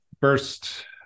first